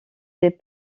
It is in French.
des